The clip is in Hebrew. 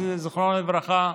זיכרונו לברכה.